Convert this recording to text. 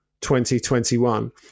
2021